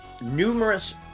numerous